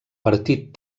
partit